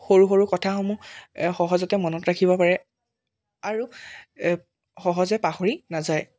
সৰু সৰু কথাসমূহ এই সহজতে মনত ৰাখিব পাৰে আৰু সহজে পাহৰি নাযায়